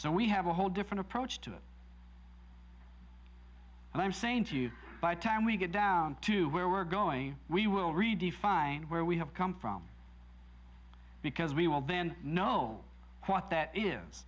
so we have a whole different approach to it and i'm saying to you by time we get down to where we're going we will redefine where we have come from because we will then know what that is